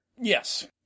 Yes